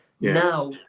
now